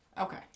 Okay